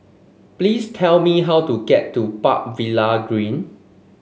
please tell me how to get to Park Villa Green